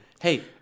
Hey